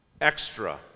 extra